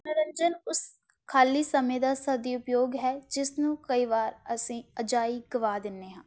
ਮੰਨੋਰੰਜਨ ਉਸ ਖਾਲੀ ਸਮੇਂ ਦਾ ਸਦ ਉਪਯੋਗ ਹੈ ਜਿਸ ਨੂੰ ਕਈ ਵਾਰ ਅਸੀਂ ਅਜਾਈ ਗਵਾ ਦਿੰਦੇ ਹਾਂ